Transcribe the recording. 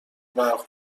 برق